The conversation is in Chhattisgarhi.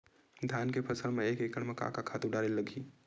धान के फसल म एक एकड़ म का का खातु डारेल लगही?